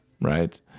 right